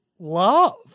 Love